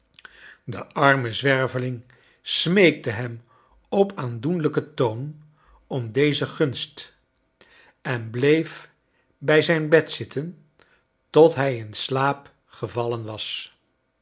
de arme zwerveling smeekte hem op aandoenlijken toon om deze gunst en bleef bij zijn bed zitten tot hij in slaap gevallen was